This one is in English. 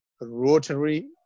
Rotary